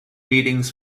meetings